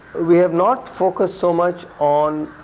we have not focused so much on